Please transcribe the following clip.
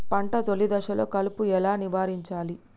పంట తొలి దశలో కలుపు ఎలా నివారించాలి?